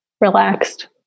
relaxed